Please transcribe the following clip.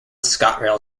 scotrail